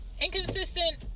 inconsistent